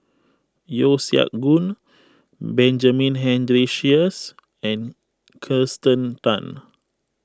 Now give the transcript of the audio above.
Yeo Siak Goon Benjamin Henry Sheares and Kirsten Tan